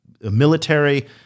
military